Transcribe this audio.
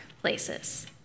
places